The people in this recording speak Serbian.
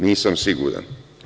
Nisam siguran.